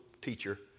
teacher